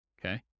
Okay